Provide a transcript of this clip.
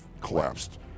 collapsed